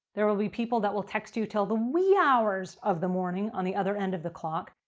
there will be people that will text you till the wee hours of the morning on the other end of the clock.